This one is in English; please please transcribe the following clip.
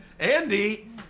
Andy